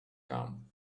come